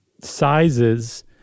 sizes